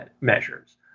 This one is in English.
measures